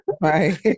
right